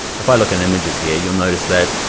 but if i look in images here, you'll notice that,